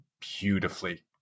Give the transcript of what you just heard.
beautifully